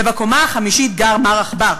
ובקומה החמישית גר מר עכבר.